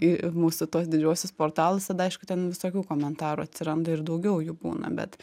į mūsų tuos didžiuosius portalus tada aišku ten visokių komentarų atsiranda ir daugiau jų būna bet